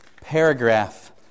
paragraph